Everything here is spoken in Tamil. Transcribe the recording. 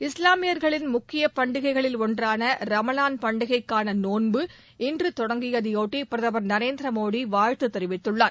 இஸ்லாமியர்களின் முக்கிய பண்டிகைகளில் ஒன்றான ரமலான் பண்டிகைக்கான நோன்பு இன்று தொடங்கியதையொட்டி பிரதமர் திரு நரேந்திர மோடி வாழ்த்து தெரிவித்துள்ளார்